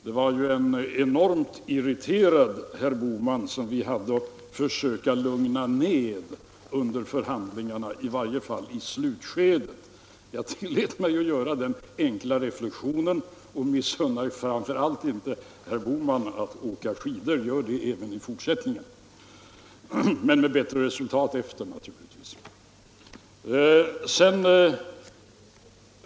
Det var en enormt irriterad herr Bohman som vi fick försöka lugna ner under förhandlingarna, i varje fall i slutskedet. Jag tillät mig bara komma med den här enkla reflexionen och missunnar framför allt inte herr Bohman att åka skidor — gör det även i fortsättningen, men med bättre resultat efteråt naturligtvis!